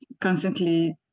constantly